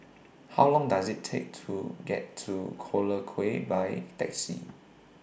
How Long Does IT Take to get to Collyer Quay By Taxi